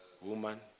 woman